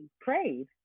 prayed